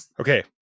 okay